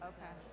Okay